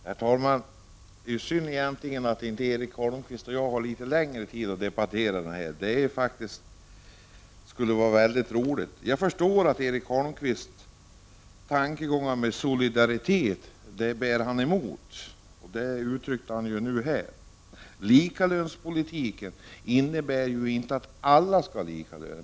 Herr talman! Det är synd att inte Erik Holmkvist och jag har litet längre tid att diskutera det här, för det skulle vara väldigt roligt. Jag förstår att tankar om solidaritet bär Erik Holmkvist emot — det uttryckte han ju nu här. Men likalönspolitiken innebär inte att alla skall ha lika lön.